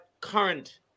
current